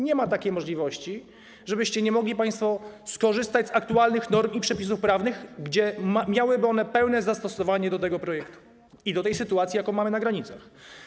Nie ma takiej możliwości, żebyście nie mogli państwo skorzystać z aktualnych norm i przepisów prawnych, które miałyby pełne zastosowanie do tego projektu i do tej sytuacji, jaką mamy na granicy.